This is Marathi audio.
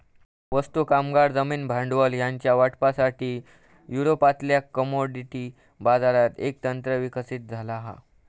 वस्तू, कामगार, जमीन, भांडवल ह्यांच्या वाटपासाठी, युरोपातल्या कमोडिटी बाजारात एक तंत्र विकसित झाला हा